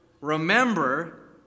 remember